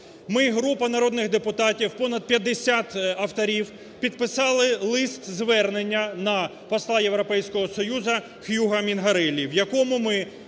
Ми, група народних депутатів (понад 50 авторів) підписали лист-звернення на посла Європейського Союзу Хьюго Мінгареллі, в якому ми